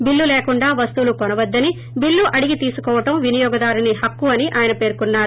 చిల్లు లేకుండా వస్తువులు కొనవద్దని బిల్లు అడిగి తీసుకోవడం వినియోగదారుని హక్కు అని ఆయన పేర్కొన్నారు